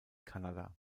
kanada